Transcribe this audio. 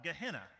Gehenna